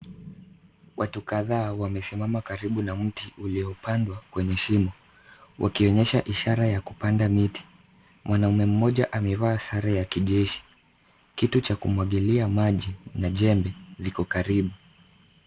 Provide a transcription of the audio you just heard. Watu kadhaa wamesimama karibu na mti uliopandwa kwenye shimo, wakioyesha ishara ya kupanda miti.. Mwanaume Mmoja amevaa sare ya kijeshi. Kitu cha kumwagilia maji na jembe liko karibu.